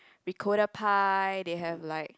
ricotta pie they have like